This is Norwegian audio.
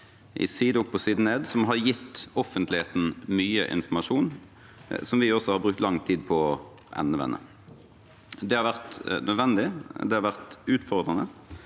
side opp og side ned, som har gitt offentligheten mye informasjon, og som vi også har brukt lang tid på å endevende. Det har vært nødvendig, og det har vært utfordrende.